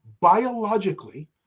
biologically